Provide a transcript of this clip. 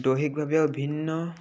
দৈহিকভাৱেও ভিন্ন